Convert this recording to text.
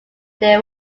they